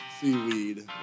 seaweed